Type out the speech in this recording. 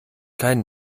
kein